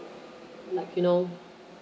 like you know